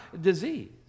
disease